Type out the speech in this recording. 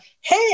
Hey